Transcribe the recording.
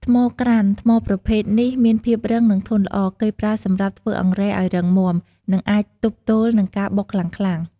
ថ្មក្រានថ្មប្រភេទនេះមានភាពរឹង និងធន់ល្អ គេប្រើសម្រាប់ធ្វើអង្រែឲ្យរឹងមាំ និងអាចទប់ទល់នឹងការបុកខ្លាំងៗ។